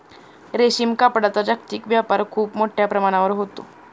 रेशीम कापडाचा जागतिक व्यापार खूप मोठ्या प्रमाणावर होतो